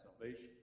salvation